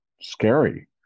scary